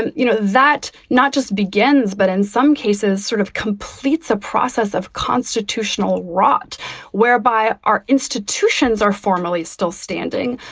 and you know, that not just begins, but in some cases sort of completes a process of constitutional rot whereby our institutions are formally still standing.